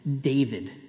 David